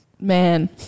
man